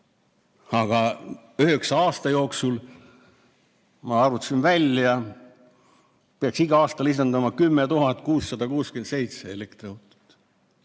Aga üheksa aasta jooksul, ma arvutasin välja, peaks igal aastal lisanduma 10 667 elektriautot.